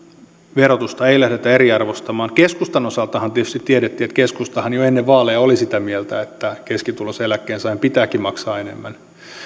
verotusta ei lähdetä eriarvoistamaan kun keskustan osaltahan tietysti tiedettiin että keskustahan jo ennen vaaleja oli sitä mieltä että keskituloisen eläkkeensaajan pitääkin maksaa enemmän